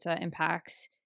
impacts